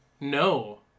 No